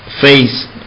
face